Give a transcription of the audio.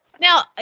Now